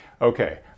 Okay